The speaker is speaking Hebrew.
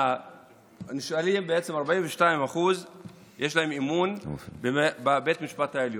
בעצם ל-42% יש אמון בבית המשפט העליון.